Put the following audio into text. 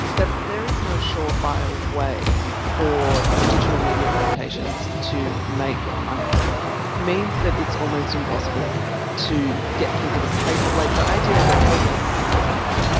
that there is no surefire way for digital media publications to make money means that it's almost impossible to get people to pay, like, the idea of a pay wall hasn't worked.